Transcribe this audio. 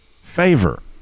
favor